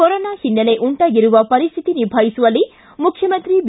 corona ಹಿನ್ನೆಲೆ ಉಂಟಾಗಿರುವ ಪರಿಸ್ಟಿತಿ ನಿಭಾಯಿಸುವಲ್ಲಿ ಮುಖ್ಯಮಂತ್ರಿ ಬಿ